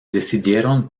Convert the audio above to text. decidieron